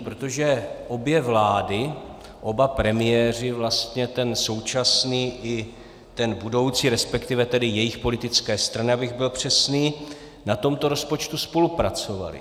Protože obě vlády, oba premiéři vlastně, ten současný i ten budoucí, resp. tedy jejich politické strany, abych byl přesný, na tomto rozpočtu spolupracovali.